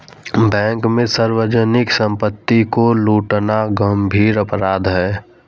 bank में सार्वजनिक सम्पत्ति को लूटना गम्भीर अपराध है